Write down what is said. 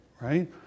right